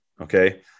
okay